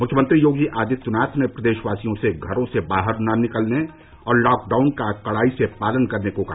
मुख्यमंत्री योगी आदित्यनाथ ने प्रदेशवासियों से घरों से बाहर न निकलने और लॉकडाउन का कड़ाई से पालन करने को कहा